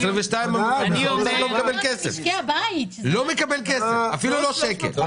לא מקבל כסף, אפילו לא שקל.